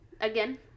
again